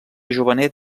jovenet